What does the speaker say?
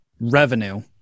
revenue